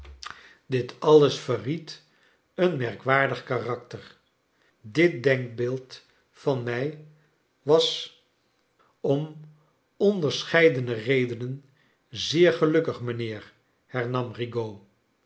dit alles ver i ried een merkwaardig karakter dit denkbeeld van mij was om onderscheidene redenen zeer gelukkig r mijnheer hernam